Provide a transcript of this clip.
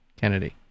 Kennedy